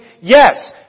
yes